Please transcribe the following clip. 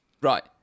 Right